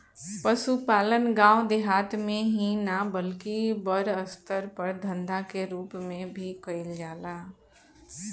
पसुपालन गाँव देहात मे ही ना बल्कि बड़ अस्तर पर धंधा के रुप मे भी कईल जाला